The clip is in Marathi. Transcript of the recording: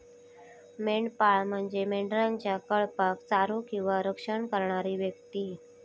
मेंढपाळ म्हणजे मेंढरांच्या कळपाक चारो किंवा रक्षण करणारी व्यक्ती